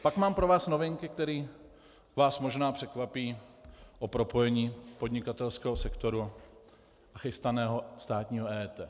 Pak mám pro vás novinky, které vás možná překvapí o propojení podnikatelského sektoru a chystaného státního EET.